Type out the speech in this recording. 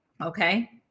okay